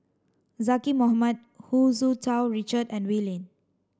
Zaqy Mohamad Hu Tsu Tau Richard and Wee Lin